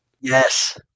yes